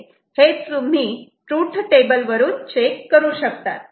हे तुम्ही truth table वरून चेक करू शकतात